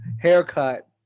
haircut